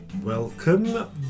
Welcome